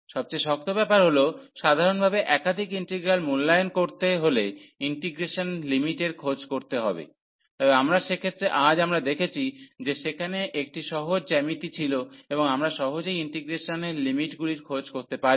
সবচেয়ে শক্ত ব্যাপার হল সাধারণভাবে একাধিক ইন্টিগ্রাল মূল্যায়ন করতে হলে ইন্টিগ্রেশনের লিমিটের খোঁজ করতে হবে তবে আমরা সেক্ষেত্রে আজ আমরা দেখেছি যে সেখানে একটি সহজ জ্যামিতি ছিল এবং আমরা সহজেই ইন্টিগ্রেশনের লিমিটগুলির খোঁজ করতে পারি